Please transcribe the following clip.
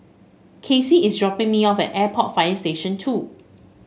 Kacy is dropping me off at Airport Fire Station Two